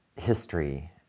history